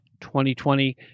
2020